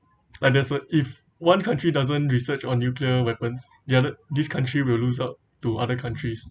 but that's what if one country doesn't research on nuclear weapons the other this country will lose out to other countries